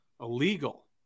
illegal